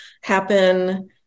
happen